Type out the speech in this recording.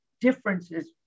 differences